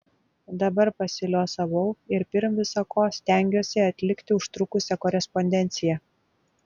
dabar pasiliuosavau ir pirm visa ko stengiuosi atlikti užtrukusią korespondenciją